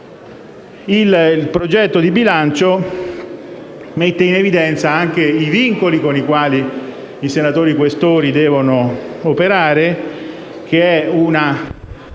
Il progetto di bilancio mette in evidenza anche i vincoli con i quali i senatori questori devono operare, che sono